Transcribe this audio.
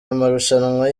amarushanwa